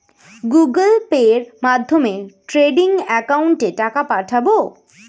Google পের মাধ্যমে trading একাউন্টে টাকা পাঠাবো?